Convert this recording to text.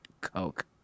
coke